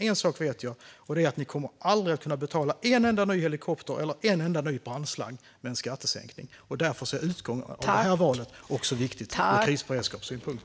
En sak vet jag dock: Ni kommer aldrig att kunna betala en enda ny helikopter eller en enda ny brandslang med en skattesänkning. Därför är utgången av valet också viktig ur krisberedskapssynpunkt.